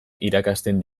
irakasten